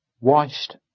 washed